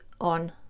on